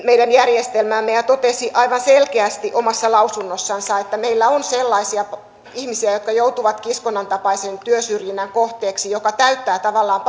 meidän järjestelmäämme ja totesi aivan selkeästi omassa lausunnossansa että meillä on sellaisia ihmisiä jotka joutuvat kiskonnan tapaisen työsyrjinnän kohteeksi joka täyttää tavallaan